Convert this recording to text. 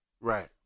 Right